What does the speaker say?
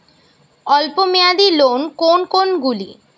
অল্প মেয়াদি লোন কোন কোনগুলি?